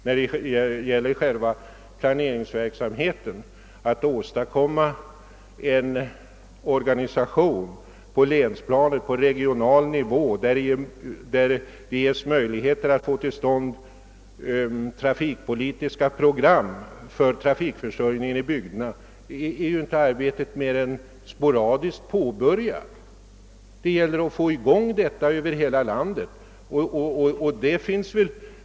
När det gäller själva planeringsverksamheten, att åstadkomma en organisation på länsplanet, på regional: nivå, varigenom man kan få till stånd trafikpolitiska program för trafikförsörjningen i bygderna, är arbetet inte mer än sporadiskt påbörjat. Det gäller att få i gång detta över hela landet.